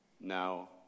now